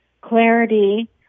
clarity